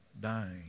dying